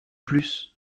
plus